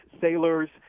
sailors